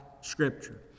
scripture